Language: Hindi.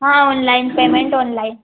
हाँ ऑनलाइन पेमेन्ट ऑनलाइन